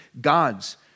God's